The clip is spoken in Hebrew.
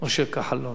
משה כחלון.